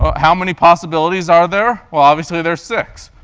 how many possibilities are there? well obviously there's six.